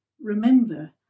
remember